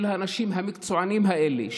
של האנשים המקצוענים האלה,